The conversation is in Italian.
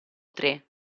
tre